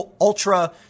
ultra